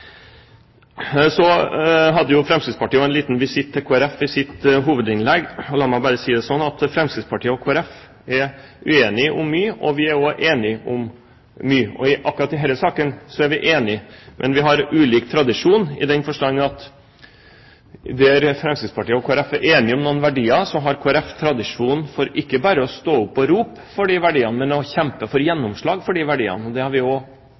Så hadde Fremskrittspartiet også en liten visitt til Kristelig Folkeparti i sitt hovedinnlegg. La meg bare si det slik at Fremskrittspartiet og Kristelig Folkeparti er uenige om mye, men vi er også enige om mye. Akkurat i denne saken er vi enige. Vi har ulik tradisjon i den forstand at der Fremskrittspartiet og Kristelig Folkeparti er enige om noen verdier, har Kristelig Folkeparti tradisjon for ikke bare å stå opp og rope for de verdiene, men å kjempe for å få gjennomslag for de verdiene. Det har vi